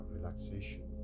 Relaxation